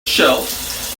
shelf